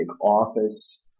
office